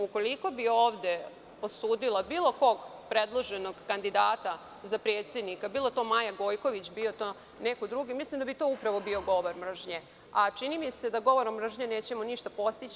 Ukoliko bi ovde osudila bilo kog predloženog kandidata za predsednika, bila to Maja Gojković ili neko drugi, mislim da bi to bio govor mržnje, a čini mi se da govorom mržnje nećemo ništa postići.